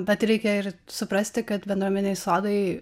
bet reikia ir suprasti kad bendruomeniniai sodai